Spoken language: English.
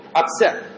upset